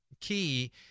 Key